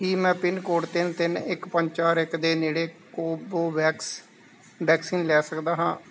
ਕੀ ਮੈਂ ਪਿਨਕੋਡ ਤਿੰਨ ਤਿੰਨ ਇੱਕ ਪੰਜ ਚਾਰ ਇੱਕ ਦੇ ਨੇੜੇ ਕੋਵੋਵੈਕਸ ਵੈਕਸੀਨ ਲੈ ਸਕਦਾ ਹਾਂ